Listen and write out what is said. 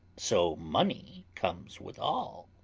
so money comes withal.